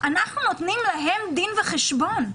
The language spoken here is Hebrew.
אנחנו נותנים להם דין וחשבון,